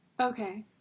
Okay